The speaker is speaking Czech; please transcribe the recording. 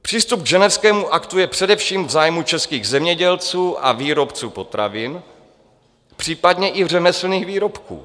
Přístup k Ženevskému aktu je především v zájmu českých zemědělců a výrobců potravin, případně i řemeslných výrobků.